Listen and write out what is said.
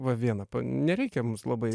va vieną nereikia mums labai